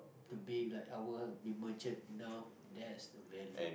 to be like our be matured you know that's the value